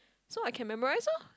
so I can memorise lor